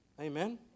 Amen